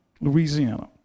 Louisiana